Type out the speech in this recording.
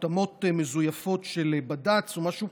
חותמות מזויפות של בד"ץ או משהו.